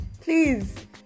Please